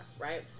right